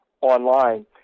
online